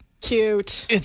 Cute